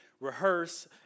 rehearse